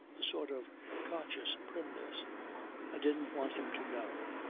a sort of conscious primness i didn't want him to know.